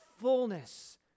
fullness